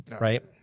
right